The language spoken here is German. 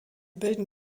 bilden